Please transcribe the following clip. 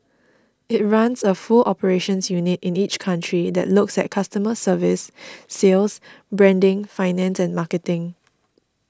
it runs a full operations unit in each country that looks at customer service sales branding finance and marketing